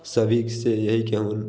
सभी से यही कहूँ